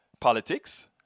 politics